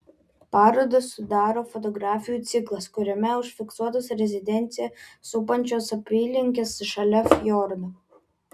parodą sudaro fotografijų ciklas kuriame užfiksuotos rezidenciją supančios apylinkės šalia fjordo